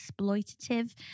exploitative